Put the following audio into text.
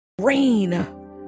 Rain